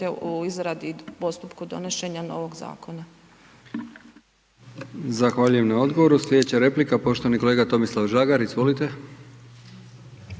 u izradi postupka donošenja novog zakona. **Brkić, Milijan (HDZ)** Zahvaljujem na odgovoru. Sljedeća replika, poštovani kolega Tomislav Žagar, izvolite.